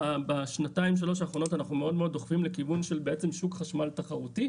בשנתיים שלוש האחרונות אנחנו מאוד דוחפים לכיוון של שוק חשמל תחרותי.